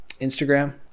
instagram